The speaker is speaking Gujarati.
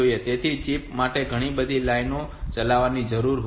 તેથી ચિપ માંથી ઘણી બધી લાઈનો ચલાવવાની જરૂર હોય છે